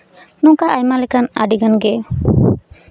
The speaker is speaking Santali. ᱱᱚᱝᱠᱟ ᱟᱭᱢᱟ ᱞᱮᱠᱟᱱ ᱟᱹᱰᱤᱜᱟᱱ ᱜᱮ